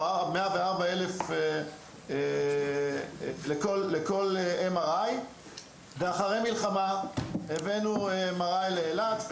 104,000 לכל MRI. אחרי המלחמה הבאנו MRI לאילת,